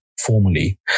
formally